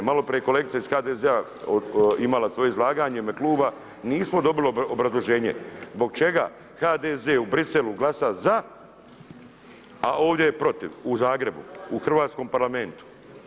Maloprije kolegica iz HDZ-a imala svoje izlaganje u ime kluba, nismo dobili obrazloženje zbog čega HDZ u Briselu glasa za, a ovdje je protiv? u Zagrebu, u Hrvatskom parlamentu.